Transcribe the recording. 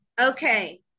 Okay